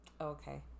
Okay